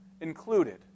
included